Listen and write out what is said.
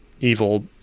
evil